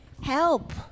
help